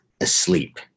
asleep